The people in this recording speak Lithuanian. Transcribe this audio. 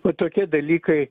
o tokie dalykai